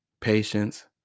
patience